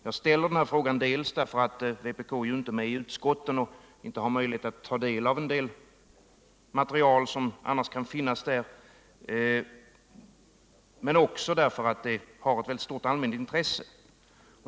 Jag ställer denna fråga dels därför att vpk ju inte är med i utskotten och inte har möjlighet att studera en del material, som annars kan finnas tillgängligt där, dels därför att det har eu mycket stort allmänintresse.